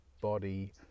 body